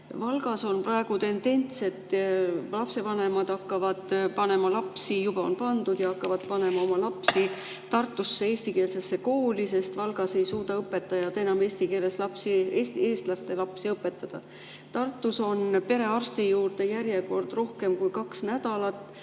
Valgas on praegu tendents, et lapsevanemad hakkavad panema lapsi – juba on pandud ja hakkavad alles panema – Tartusse eestikeelsesse kooli, sest Valgas ei suuda õpetajad enam eesti keeles eestlaste lapsi õpetada. Tartus on perearsti juurde järjekord rohkem kui kaks nädalat,